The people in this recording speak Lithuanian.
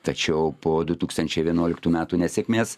tačiau po du tūkstančiai vienuoliktų metų nesėkmės